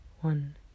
one